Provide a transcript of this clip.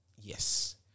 Yes